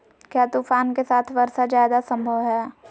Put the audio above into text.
क्या तूफ़ान के साथ वर्षा जायदा संभव है?